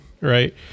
right